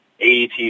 AET